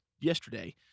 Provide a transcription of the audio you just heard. yesterday